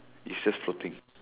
it's just floating